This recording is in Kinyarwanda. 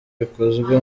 bikozwe